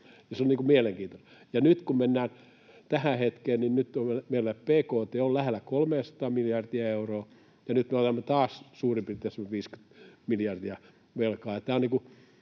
Se on mielenkiintoista. Ja nyt kun mennään tähän hetkeen, niin nyt meillä bkt on lähellä 300:aa miljardia euroa ja nyt me olemme taas suurin piirtein semmoiset 50 miljardia velkaa.